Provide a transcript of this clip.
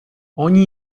ogni